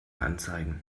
anzeigen